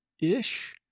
Ish